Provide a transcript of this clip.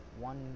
one